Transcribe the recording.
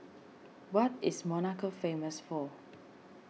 what is Monaco famous for